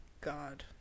God